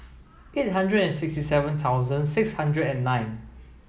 eight hundred and sixty seven thousand six hundred and nine